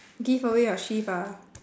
give away your shift ah